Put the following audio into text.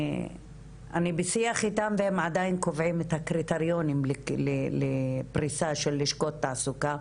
אני בשיח איתם והם עדיין קובעים את הקריטריונים לפריסה של לשכות תעסוקה,